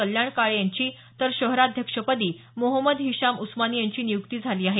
कल्याण काळे यांची तर शहराध्यक्षपदी मोहमद हिशाम उस्मानी यांची नियुक्ती झाली आहे